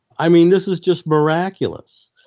i mean, this is just miraculous.